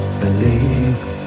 believe